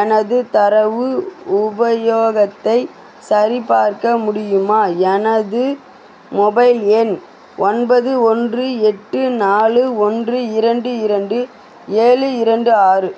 எனது தரவு உபயோகத்தை சரிபார்க்க முடியுமா எனது மொபைல் எண் ஒன்பது ஒன்று எட்டு நாலு ஒன்று இரண்டு இரண்டு ஏழு இரண்டு ஆறு